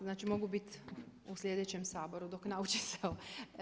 Znači mogu biti u sljedećem Saboru dok naučim se ovo.